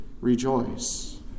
Rejoice